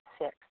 Six